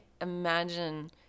imagine